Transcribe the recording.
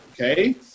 Okay